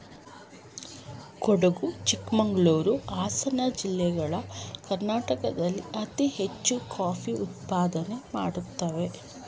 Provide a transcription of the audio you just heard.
ಕೊಡಗು ಚಿಕ್ಕಮಂಗಳೂರು, ಹಾಸನ ಜಿಲ್ಲೆಗಳು ಕರ್ನಾಟಕದಲ್ಲಿ ಅತಿ ಹೆಚ್ಚು ಕಾಫಿ ಉತ್ಪಾದನೆ ಮಾಡುತ್ತಿವೆ